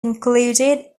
included